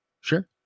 sure